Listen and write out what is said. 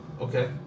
Okay